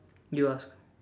you ask